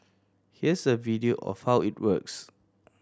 here's a video of how it works